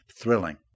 thrilling